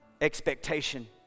expectation